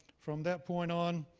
from that point on,